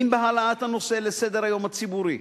אם בהעלאת הנושא לסדר-היום הציבורי.